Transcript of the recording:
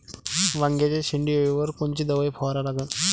वांग्याच्या शेंडी अळीवर कोनची दवाई फवारा लागन?